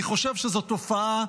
אני חושב שזאת תופעה,